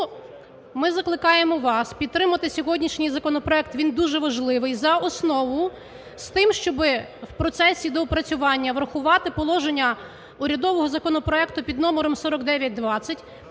ми закликаємо вас підтримати сьогоднішній законопроект, він дуже важливий, за основу з тим, щоби в процесі доопрацювання врахувати положення урядового законопроекту під номером 4920.